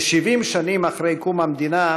ש-70 שנים אחרי קום המדינה,